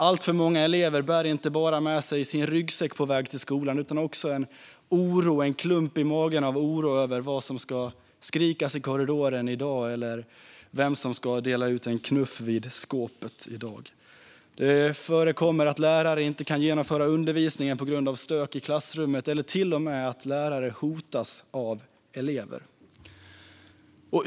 Alltför många elever bär inte bara med sig sin ryggsäck på väg till skolan utan också en klump av oro i magen för vad som ska skrikas i korridoren i dag eller för vem som ska dela ut en knuff vid skåpet. Det förekommer att lärare inte kan genomföra undervisningen på grund av stök i klassrummet, och det förekommer till och med att lärare hotas av elever.